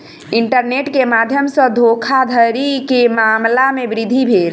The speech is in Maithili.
इंटरनेट के माध्यम सॅ धोखाधड़ी के मामला में वृद्धि भेल